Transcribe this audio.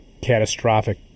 catastrophic